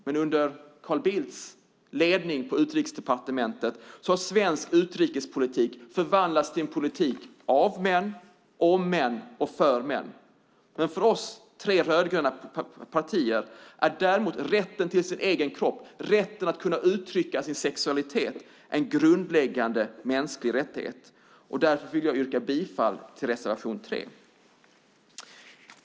Men under Carl Bildts ledning på Utrikesdepartementet har svensk utrikespolitik förvandlats till en politik av män, om män och för män. För oss tre rödgröna partier är däremot rätten till sin egen kropp och rätten att kunna uttrycka sin sexualitet en grundläggande mänsklig rättighet. Därför vill jag yrka bifall till reservation 3.